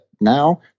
now